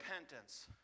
repentance